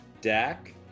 Dak